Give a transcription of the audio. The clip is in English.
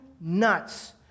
nuts